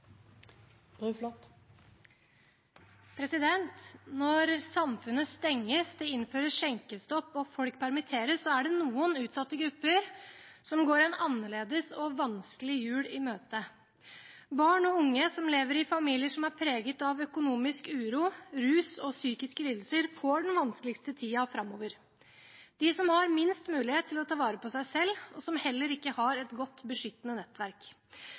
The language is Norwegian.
det noen utsatte grupper som går en annerledes og vanskelig jul i møte. Barn og unge som lever i familier som er preget av økonomisk uro, rus og psykiske lidelser, får den vanskeligste tiden framover – de som har minst mulighet til å ta vare på seg selv, og som heller ikke har et godt, beskyttende nettverk.